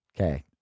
Okay